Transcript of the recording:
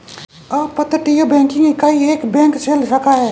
अपतटीय बैंकिंग इकाई एक बैंक शेल शाखा है